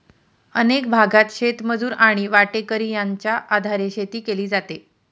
अनेक भागांत शेतमजूर आणि वाटेकरी यांच्या आधारे शेती केली जाते